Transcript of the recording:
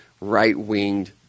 right-winged